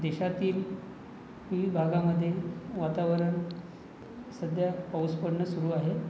देशातील विविध भागांमध्ये वातावरण सध्या पाऊस पडणं सुरू आहे